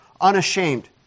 unashamed